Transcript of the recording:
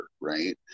right